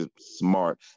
smart